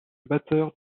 batteur